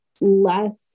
less